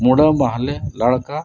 ᱢᱩᱰᱟᱹ ᱢᱟᱦᱞᱮ ᱞᱟᱲᱠᱟ